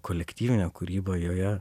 kolektyvinė kūryba joje